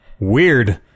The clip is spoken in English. weird